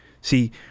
See